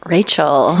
Rachel